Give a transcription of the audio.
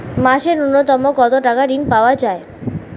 মাসে নূন্যতম কত টাকা ঋণ পাওয়া য়ায়?